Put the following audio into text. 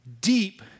deep